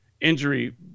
injury